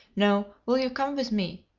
now, will you come with me?